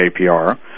APR